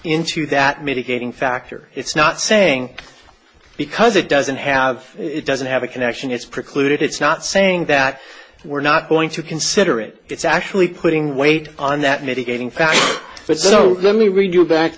into that mitigating factor it's not saying because it doesn't have it doesn't have a connection it's precluded it's not saying that we're not going to consider it it's actually putting weight on that mitigating factor but so let me read you back